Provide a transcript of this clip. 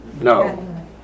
No